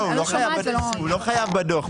לא, הוא לא חייב בדוח.